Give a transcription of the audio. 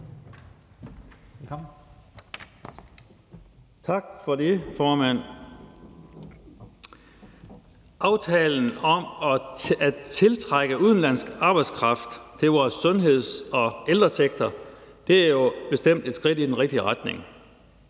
Tak for det, formand. Aftalen om at tiltrække udenlandsk arbejdskraft til vores sundheds- og ældresektor er jo bestemt et skridt i den rigtige retning.